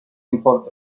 import